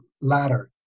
ladder